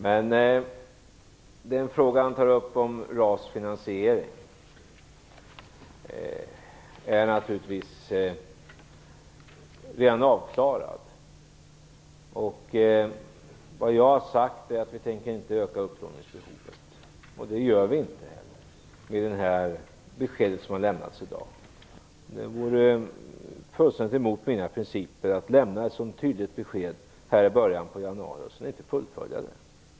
Den fråga han tar upp om finansieringen av RAS är naturligtvis redan avklarad. Jag har sagt att vi inte tänker öka upplåningsbehovet. Det gör vi inte heller enligt det besked som har lämnats i dag. Det vore helt emot mina principer att lämna ett så tydligt besked i början av januari och sedan inte fullfölja det.